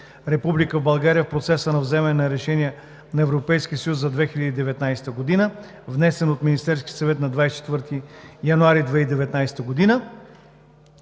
Република България в процеса на вземане на решения на Европейския съюз за 2019 г., внесена от Министерския съвет на 24 януари 2019 г.